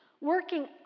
working